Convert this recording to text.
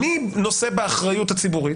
מי נושא באחריות הציבורית?